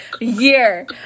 year